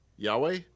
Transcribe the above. Yahweh